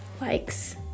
likes